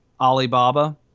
Alibaba